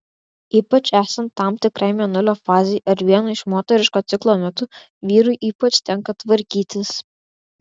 ypač esant tam tikrai mėnulio fazei ar vieno iš moteriško ciklo metu vyrui ypač tenka tvarkytis